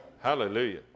Hallelujah